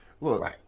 Look